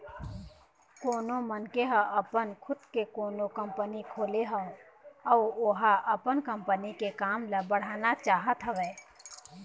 कोनो मनखे ह अपन खुद के कोनो कंपनी खोले हवय अउ ओहा अपन कंपनी के काम ल बढ़ाना चाहत हवय